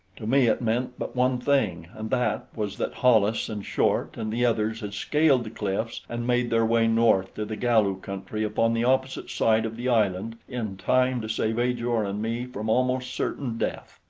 to me it meant but one thing, and that was that hollis and short and the others had scaled the cliffs and made their way north to the galu country upon the opposite side of the island in time to save ajor and me from almost certain death.